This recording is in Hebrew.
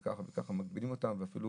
כך וכך מגבילים אותם ואפילו